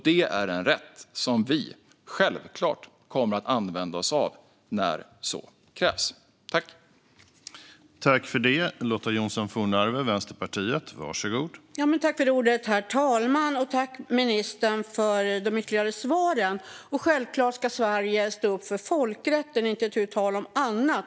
Det är en rätt som vi självklart kommer att använda oss av när så krävs.